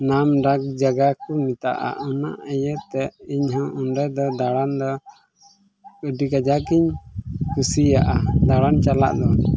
ᱱᱟᱢᱰᱟᱠ ᱡᱟᱭᱜᱟ ᱠᱚ ᱢᱮᱛᱟᱜᱼᱟ ᱚᱱᱟ ᱤᱭᱟᱹᱛᱮ ᱤᱧᱦᱚᱸ ᱚᱸᱰᱮᱫᱚ ᱫᱟᱬᱟᱱ ᱫᱚ ᱟᱹᱰᱤ ᱠᱟᱡᱟᱠ ᱤᱧ ᱠᱩᱥᱤᱭᱟᱜᱼᱟ ᱫᱟᱬᱟᱱ ᱪᱟᱞᱟᱜ ᱫᱚ